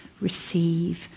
receive